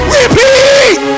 repeat